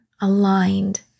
aligned